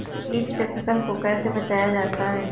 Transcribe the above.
कीट से फसल को कैसे बचाया जाता हैं?